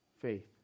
faith